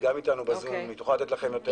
היא אתנו ב-זום והיא תוכל לתת לכם יותר פרטים.